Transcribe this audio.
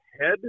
head